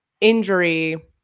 injury